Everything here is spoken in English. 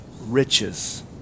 riches